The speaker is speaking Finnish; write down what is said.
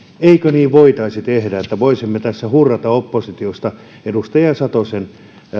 eikö niin voitaisi tehdä jotta voisimme tässä hurrata oppositiosta edustaja satosen